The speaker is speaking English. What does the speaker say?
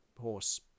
horse